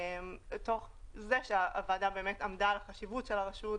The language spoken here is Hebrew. מתוך זה שהוועדה באמת עמדה על חשיבות הרשות,